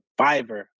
Fiverr